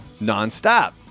nonstop